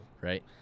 Right